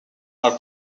are